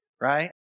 right